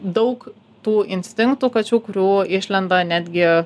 daug tų instinktų kačių kurių išlenda netgi